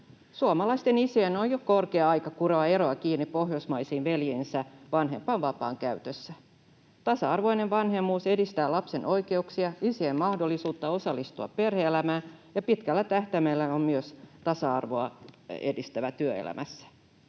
Suomalaisten isien on jo korkea aika kuroa eroa kiinni pohjoismaisiin veljiinsä vanhempainvapaan käytössä. Tasa-arvoinen vanhemmuus edistää lapsen oikeuksia ja isien mahdollisuutta osallistua perhe-elämään ja on pitkällä tähtäimellä myös tasa-arvoa edistävä työelämässä.